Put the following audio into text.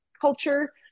culture